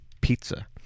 pizza